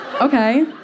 okay